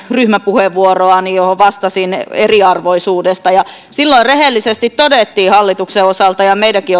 ryhmäpuheenvuoroani jossa vastasin eriarvoisuudesta silloin rehellisesti todettiin hallituksen osalta ja meidänkin